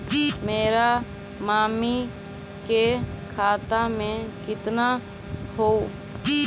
मेरा मामी के खाता में कितना हूउ?